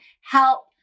help